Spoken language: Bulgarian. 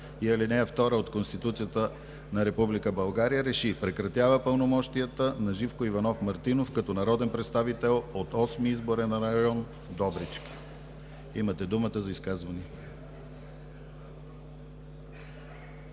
и ал. 2 от Конституцията на Република България РЕШИ: Прекратява пълномощията на Живко Иванов Мартинов като народен представител от Осми изборен район – Добрички.“ Имате думата за изказвания.